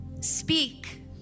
speak